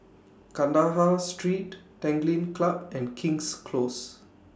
Kandahar Street Tanglin Club and King's Close